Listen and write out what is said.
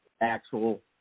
actual